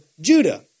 Judah